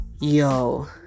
Yo